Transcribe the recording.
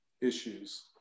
issues